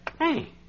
Hey